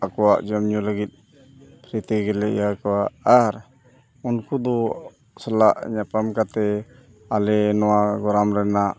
ᱟᱠᱚᱣᱟᱜ ᱡᱚᱢᱼᱧᱩ ᱞᱟᱹᱜᱤᱫ ᱯᱷᱨᱤ ᱛᱮᱜᱮᱞᱮ ᱤᱭᱟᱹ ᱠᱚᱣᱟ ᱟᱨ ᱩᱱᱠᱩ ᱫᱚ ᱥᱟᱞᱟᱜ ᱧᱟᱯᱟᱢ ᱠᱟᱛᱮᱫ ᱟᱞᱮ ᱱᱚᱣᱟ ᱜᱚᱨᱟᱢ ᱨᱮᱱᱟᱜ